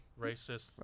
racist